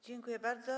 Dziękuję bardzo.